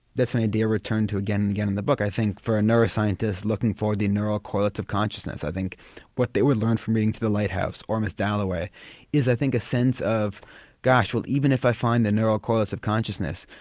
an idea returned to again and again in the book. i think for a neuroscientist looking for the neuro-collective consciousness, i think what they would learn from reading to the lighthouse, or mrs dalloway is i think a sense of gosh, well even if i find the neuro-collective consciousness,